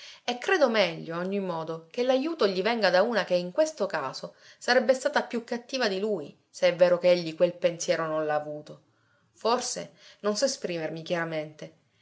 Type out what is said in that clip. e credo meglio a ogni modo che l'ajuto gli venga da una che in questo caso sarebbe stata più cattiva di lui se è vero che egli quel pensiero non l'ha avuto forse non so esprimermi chiaramente